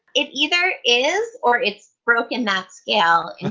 it either is or it's broken that scale